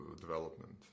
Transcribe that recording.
development